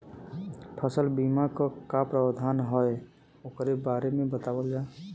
फसल बीमा क का प्रावधान हैं वोकरे बारे में बतावल जा?